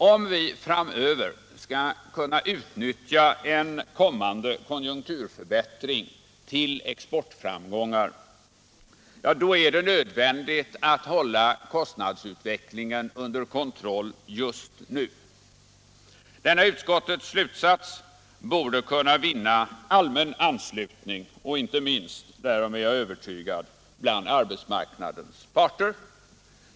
Om vi skall kunna utnyttja en kommande konjunkturförbättring till exportframgångar, ja, då är det nödvändigt att hålla kostnadsutvecklingen under kontroll just nu. Denna utskottets slutsats borde kunna vinna allmän anslutning och inte minst, därom är jag övertygad, bland arbetsmarknadens parter.